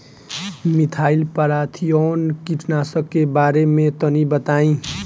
Methyl parathion कीटनाशक के बारे में तनि बताई?